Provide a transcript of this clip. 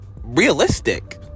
realistic